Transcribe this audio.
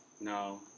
No